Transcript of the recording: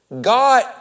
God